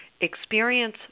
experience